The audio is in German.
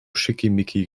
schickimicki